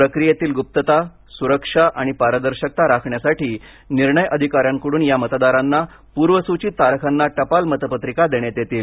प्रक्रियेतील गुप्तता सुरक्षा आणि पारदर्शकता राखण्यासाठी निर्णय अधिकाऱ्यांकडून या मतदारांना पूर्वसूचित तारखांना टपाल मतपत्रिका देण्यात येतील